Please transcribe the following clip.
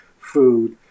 food